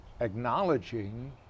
acknowledging